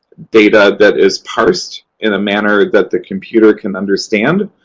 data that is parsed in a manner that the computer can understand.